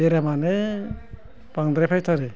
बेरामानो बांद्राय फायथारो